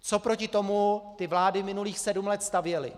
Co proti tomu ty vlády minulých sedm let stavěly?